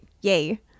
yay